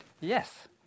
yes